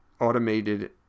automated